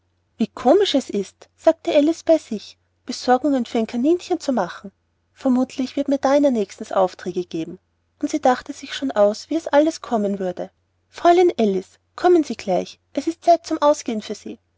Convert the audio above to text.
wie komisch es ist sagte alice bei sich besorgungen für ein kaninchen zu machen vermuthlich wird mir dinah nächstens aufträge geben und sie dachte sich schon aus wie es alles kommen würde fräulein alice kommen sie gleich es ist zeit zum ausgehen für sie